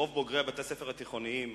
ורוב בוגרי בתי-הספר התיכוניים,